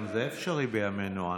גם זה אפשרי בימינו אנו.